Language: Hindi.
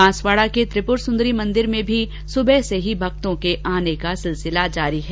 बांसवाड़ा के त्रिपुर सुंदरी मंदिर में भी सुबह से भक्तों के आने का सिलसिला जारी है